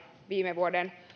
viime vuoden